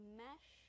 mesh